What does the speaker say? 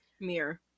Mirror